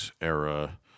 era